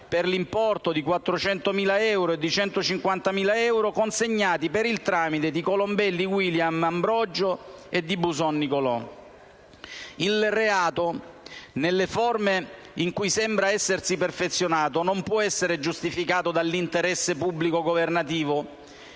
per l'importo di euro 400.000 e di euro 150.000 consegnati per il tramite di Colombelli William Ambrogio e di Buson Nicolò». Il reato, nelle forme in cui sembra essersi perfezionato, non può essere giustificato dall'interesse pubblico governativo,